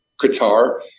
Qatar